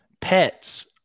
pets